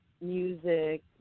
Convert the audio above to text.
music